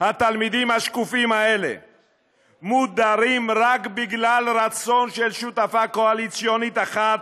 התלמידים השקופים האלה מודרים רק בגלל רצון של שותפה קואליציונית אחת